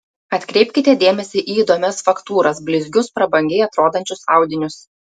atkreipkite dėmesį į įdomias faktūras blizgius prabangiai atrodančius audinius